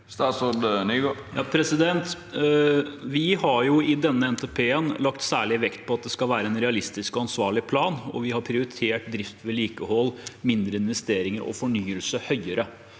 Statsråd Jon-Ivar Nygård Vi har i denne NTP-en lagt særlig vekt på at det skal være en realistisk og ansvarlig plan, og vi har prioritert drift, vedlikehold, mindre investeringer og fornyelse høyere.